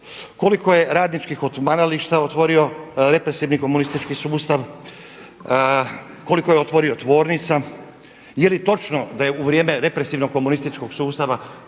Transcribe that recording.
Koliko je radničkih odmarališta otvorio represivni komunistički sustav? Koliko je otvorio tvornica. Je li točno da je u vrijeme represivnog komunističkog sustava